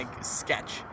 sketch